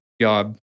job